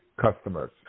customers